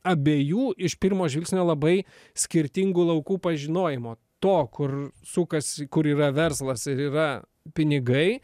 abiejų iš pirmo žvilgsnio labai skirtingų laukų pažinojimo to kur sukasi kur yra verslas ir yra pinigai